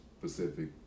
Pacific